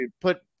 put